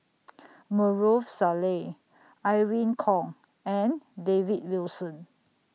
Maarof Salleh Irene Khong and David Wilson